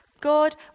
God